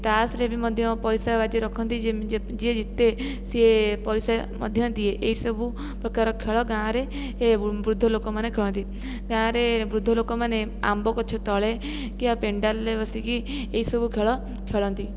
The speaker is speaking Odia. ତାସରେ ବି ମଧ୍ୟ ପଇସା ବାଜି ରଖନ୍ତି ଯିଏ ଜିତେ ସିଏ ପଇସା ମଧ୍ୟ ଦିଏ ଏହିସବୁ ପ୍ରକାର ଖେଳ ଗାଁରେ ଏ ବୃଦ୍ଧଲୋକମାନେ ଖେଳନ୍ତି ଗାଁରେ ବୃଦ୍ଧଲୋକମାନେ ଆମ୍ବ ଗଛ ତଳେ କିମ୍ବା ପେଣ୍ଡାଲରେ ବସିକି ଏହିସବୁ ଖେଳ ଖେଳନ୍ତି